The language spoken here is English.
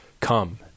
Come